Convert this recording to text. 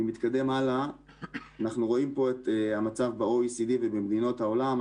פה אנחנו רואים את המצב ב-OECD ובמדינות העולם.